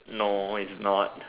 no it's not